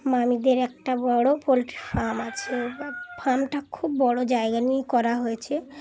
মামিদের একটা বড়ো poultry farm আছে ফার্ম টা খুব বড়ো জায়গা নিয়ে করা হয়েছে